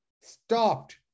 stopped